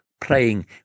praying